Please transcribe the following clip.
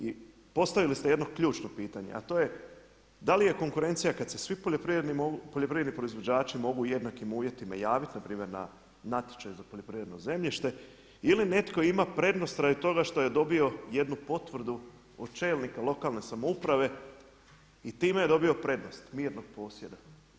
I postavili ste jedno ključno pitanje, a to je da li je konkurencija kad se svi poljoprivredni proizvođači mogu u jednakim uvjetima javiti, na primjer na natječaj za poljoprivredno zemljište ili netko ima prednost radi toga što je dobio jednu potvrdu od čelnika lokalne samouprave i time je dobio prednost mirnog posjeda.